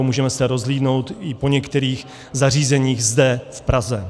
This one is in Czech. Můžeme se rozhlédnout i po některých zařízeních zde v Praze.